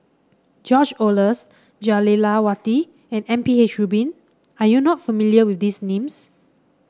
George Oehlers Jah Lelawati and M P H Rubin are you not familiar with these names